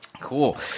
cool